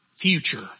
future